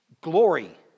Glory